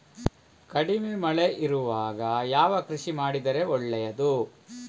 ಕಡಿಮೆ ಮಳೆ ಇರುವಾಗ ಯಾವ ಕೃಷಿ ಮಾಡಿದರೆ ಒಳ್ಳೆಯದು?